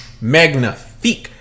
Magnifique